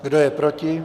Kdo je proti?